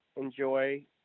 enjoy